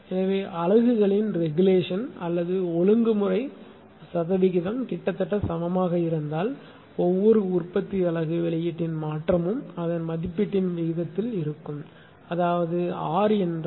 எனவே அலகுகளின் ரெகுலேஷன் அல்லது ஒழுங்கு முறை சதவீதம் கிட்டத்தட்ட சமமாக இருந்தால் ஒவ்வொரு உற்பத்தி அலகு வெளியீட்டின் மாற்றமும் அதன் மதிப்பீட்டின் விகிதத்தில் இருக்கும் அதாவது R என்றால்